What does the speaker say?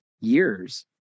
years